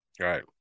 Right